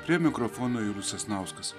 prie mikrofono julius sasnauskas